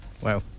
Wow